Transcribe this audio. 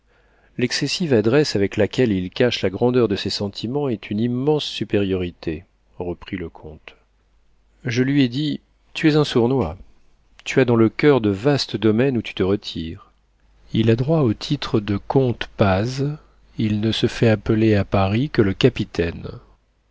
l'excessive adresse avec laquelle il cache la grandeur de ses sentiments est une immense supériorité reprit le comte je lui ai dit tu es un sournois tu as dans le coeur de vastes domaines où tu te retires il a droit au titre de comte paz il ne se fait appeler à paris que le capitaine